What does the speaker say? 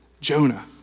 Jonah